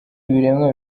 ibiremwa